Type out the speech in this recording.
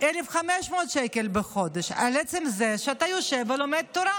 1,500 שקל בחודש על עצם זה שאתה יושב ולומד תורה.